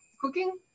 Cooking